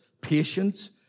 patience